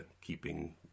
keeping